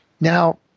Now